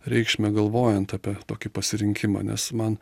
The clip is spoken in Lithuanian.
reikšmę galvojant apie tokį pasirinkimą nes man